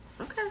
Okay